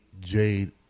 Jade